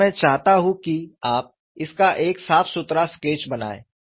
और मैं चाहता हूं कि आप इसका एक साफ सुथरा स्केच बनाएं